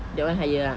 that [one] higher ah